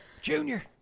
Junior